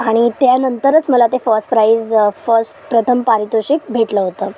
आणि त्यानंतरच मला ते फर्स्ट प्राइस फर्स्ट प्रथम पारितोषिक भेटलं होतं